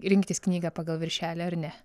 rinktis knygą pagal viršelį ar ne